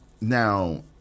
now